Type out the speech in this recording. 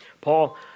Paul